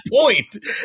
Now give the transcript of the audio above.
point